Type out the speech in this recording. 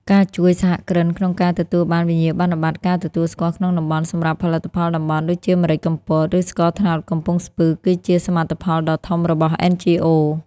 ការជួយសហគ្រិនក្នុងការទទួលបានវិញ្ញាបនបត្រការទទួលស្គាល់ក្នុងតំបន់ សម្រាប់ផលិតផលតំបន់ ដូចជាម្រេចកំពត ឬស្ករត្នោតកំពង់ស្ពឺ គឺជាសមិទ្ធផលដ៏ធំរបស់ NGOs។